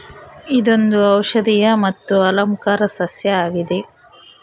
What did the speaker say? ಇದೊಂದು ಔಷದಿಯ ಮತ್ತು ಅಲಂಕಾರ ಸಸ್ಯ ಆಗಿದೆ